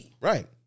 Right